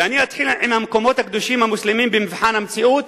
ואני אתחיל עם המקומות הקדושים המוסלמיים במבחן המציאות,